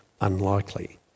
unlikely